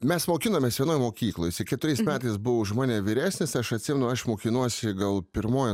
mes mokinomės vienoj mokykloj jisai keturiais metais buvo už mane vyresnis aš atsimenu aš mokinuosi gal pirmoj